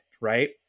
right